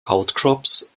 outcrops